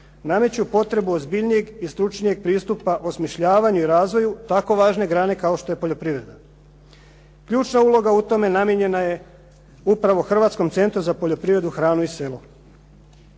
nameću potrebu ozbiljnijeg i stručnijeg pristupa osmišljavanju i razvoju tako važne grane kao što je poljoprivreda. Ključna uloga u tome namijenjena je upravo Hrvatskom centru za poljoprivredu, hranu i selo.